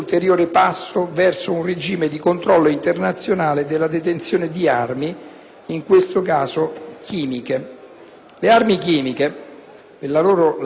Le armi chimiche, per la loro letalità, costituiscono una seria minaccia per il genere umano, *in primis*, e anche per l'ambiente.